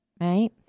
right